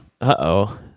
uh-oh